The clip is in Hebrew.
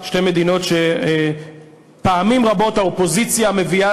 שתי מדינות שפעמים רבות האופוזיציה מביאה